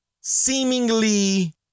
seemingly